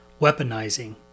weaponizing